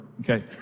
Okay